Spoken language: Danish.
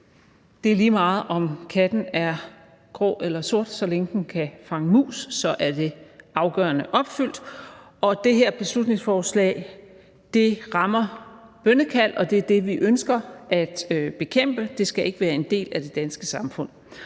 det er lige meget, om katten er grå eller sort, for så længe den kan fange mus, er det afgørende opfyldt. Det her beslutningsforslag rammer bønnekald, og det er det, vi ønsker at bekæmpe. Det skal ikke være en del af det danske samfund.